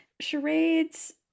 charades